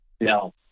No